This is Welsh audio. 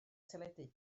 teledu